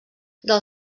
del